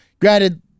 Granted